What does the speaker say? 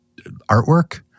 artwork